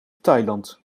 thailand